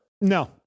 No